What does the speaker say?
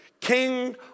King